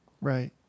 Right